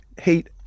hate